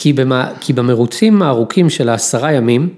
‫כי במרוצים הארוכים של העשרה ימים...